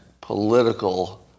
political